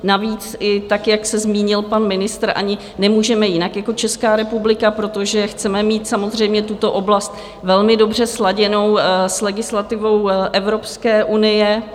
Navíc, i tak jak se zmínil pan ministr, ani nemůžeme jinak jako Česká republika, protože chceme mít samozřejmě tuto oblast velmi dobře sladěnou s legislativou Evropské unie.